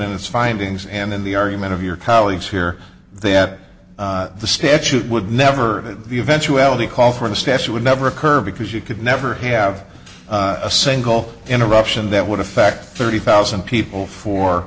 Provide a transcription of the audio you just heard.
and its findings and in the argument of your colleagues here that the statute would never eventuality call for the statue would never occur because you could never have a single interruption that would affect thirty thousand people for